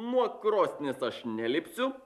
nuo krosnies aš nelipsiu